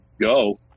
go